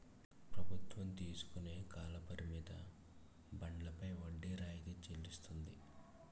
ప్రభుత్వం తీసుకుని కాల పరిమిత బండ్లపై వడ్డీ రాయితీ చెల్లిస్తుంది